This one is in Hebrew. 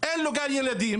אין לו גן ילדים,